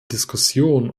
diskussion